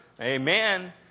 Amen